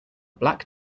black